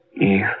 Eve